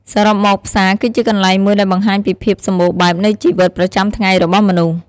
សរុបមក ផ្សារ គឺជាកន្លែងមួយដែលបង្ហាញពីភាពសម្បូរបែបនៃជីវិតប្រចាំថ្ងៃរបស់មនុស្ស។